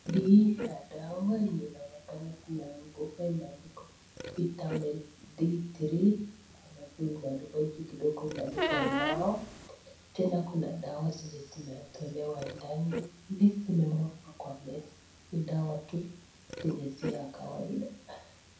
Hii na dawa yenye inaonekana kimeanguka imeandikwa vitamin D3 tena alafu imeandikwa juu kidogo imeandikwa now , tena kuna dawa zenye zimetolewa ndani zimemagwa kwa meza ni dawa tu zenye si za kawaida.